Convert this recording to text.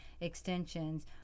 extensions